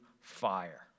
fire